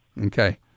okay